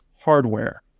hardware